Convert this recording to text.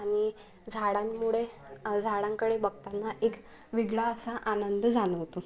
आणि झाडांमुळे झाडांकडे बघताना एक वेगळा असा आनंद जाणवतो